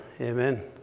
Amen